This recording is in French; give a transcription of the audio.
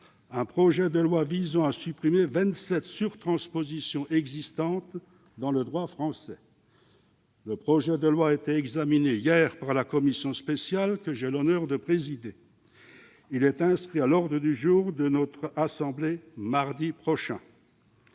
un projet de loi visant à supprimer vingt-sept surtranspositions existantes dans le droit français. Ce projet de loi a été examiné hier par la commission spéciale que j'ai l'honneur de présider. Il est inscrit à l'ordre du jour de notre assemblée mardi prochain.